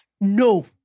No